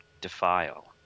Defile